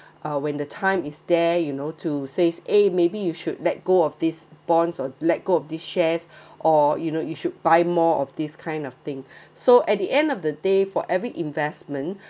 uh when the time is there you know to say eh maybe you should let go of these bonds or let go of this shares or you know you should buy more of this kind of thing so at the end of the day for every investment